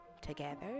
together